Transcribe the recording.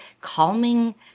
calming